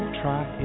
try